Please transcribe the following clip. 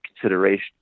consideration